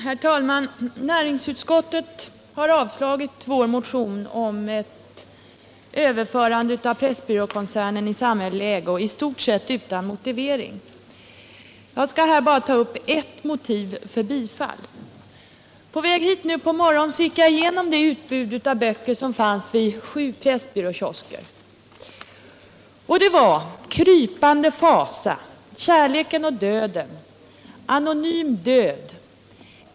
Herr talman! Näringsutskottet har avstyrkt vår motion om överförande av Pressbyråkoncernen i samhällelig ägo i stort sett utan motivering. Jag skall bara ge ett motiv för bifall. På väg hit nu på morgonen gick jag igenom det utbud av böcker som fanns vid sju Pressbyråkiosker. Det var: Krypande fasa. Kärleken och döden. Anonym död.